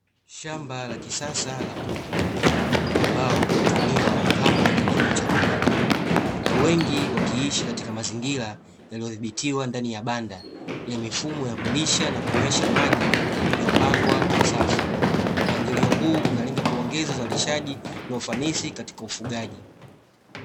Shamba la kisasa la kuku ambao hutumiwa kama kilimo cha viwanda. Kuku wengi wakiishi katika mazingira yaliyothibitiwa ndani ya banda ya mifumo ya kulisha na kunywesha maji yaliyopangwa kwa safu. Mpangilio huu unalenga kuongeza uzalishaji na ufanisi katika ufugaji.